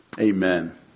Amen